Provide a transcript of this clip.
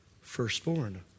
Firstborn